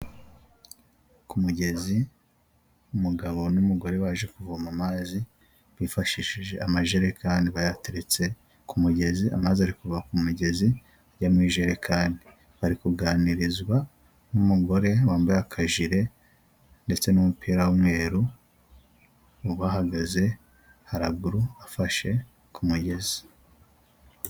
Ku mugezi umugabo n'umugore baje kuvoma amazi bifashishije amajerekani bayateretse ku mugezi, amazi ari kuva ku migezi ajya mu ijerekani bari kuganirizwa n'umugore wambaye akajire, ndetse n'umupira w'umweru ubahagaze haraguru afashe ku mugezi.